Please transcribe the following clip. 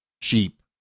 sheep